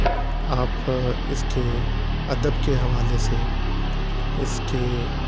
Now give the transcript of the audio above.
آپ اس کے ادب کے حوالے سے اس کے